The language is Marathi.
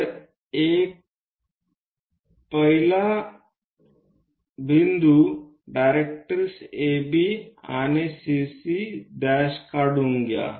तर 1 ले डायरेक्ट्रिक्स AB आणि CC काढून घ्या